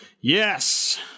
Yes